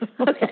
Okay